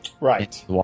Right